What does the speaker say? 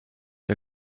der